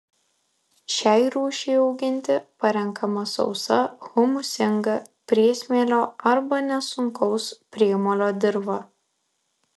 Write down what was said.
šiai rūšiai auginti parenkama sausa humusingą priesmėlio arba nesunkaus priemolio dirva